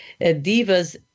divas